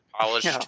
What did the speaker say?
polished